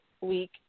week